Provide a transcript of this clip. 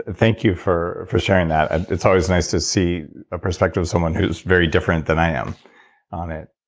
ah thank you for for sharing that. and it's always nice to see a perspective of someone who's very different than i am on it.